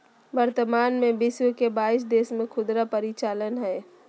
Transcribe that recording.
वर्तमान में विश्व के बाईस देश में खुदरा परिचालन हइ